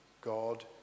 God